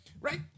Right